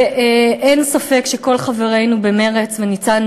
אין ספק שכל חברינו במרצ, וניצן